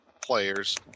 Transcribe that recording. players